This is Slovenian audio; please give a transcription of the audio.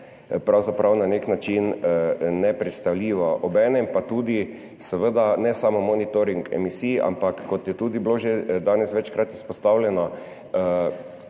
pravzaprav na nek način nepredstavljivo. Obenem pa tudi seveda ne samo monitoring emisij, ampak kot je bilo danes že večkrat izpostavljeno,